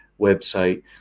website